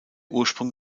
ursprung